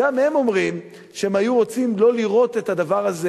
גם הם אומרים שהם היו רוצים לא לראות את הדבר הזה